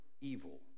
evil